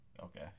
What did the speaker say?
Okay